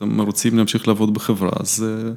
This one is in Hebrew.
מאמציםלהמשיך לעבוד בחברה אז...